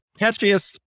catchiest